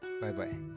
Bye-bye